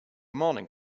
morning